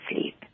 sleep